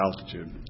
altitude